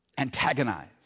Antagonize